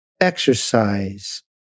exercise